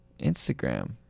Instagram